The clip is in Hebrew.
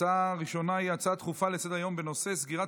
הצעה הראשונה היא הצעה דחופה לסדר-היום בנושא: סגירת